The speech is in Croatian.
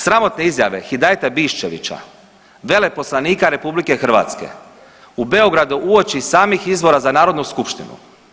Sramotne izjave Hidajeta Biščevića, veleposlanika RH u Beogradu uoči samih izbora za narodnu skupštinu.